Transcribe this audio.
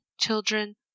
Children